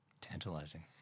Tantalizing